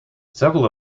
several